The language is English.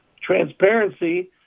transparency